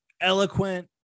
eloquent